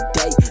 day